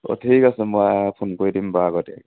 অঁ ঠিক আছে মই ফোন কৰি দিম বাৰু আগতীয়াকৈ